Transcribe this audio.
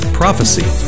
prophecy